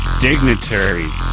Dignitaries